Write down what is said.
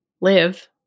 live